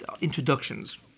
introductions